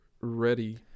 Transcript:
ready